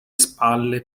spalle